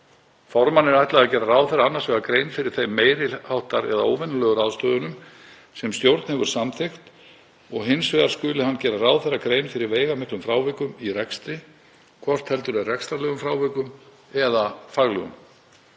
Formanni er ætlað að gera ráðherra annars vegar grein fyrir þeim meiri háttar eða óvenjulegu ráðstöfunum sem stjórn hefur samþykkt og hins vegar skuli hann gera ráðherra grein fyrir veigamiklum frávikum í rekstri, hvort heldur er rekstrarlegum frávikum eða faglegum.